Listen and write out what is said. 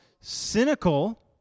cynical